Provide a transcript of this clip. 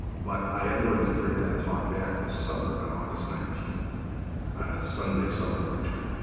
but i am going to bring that talk back this summer, on august nineteen, on a sunday summer lecture.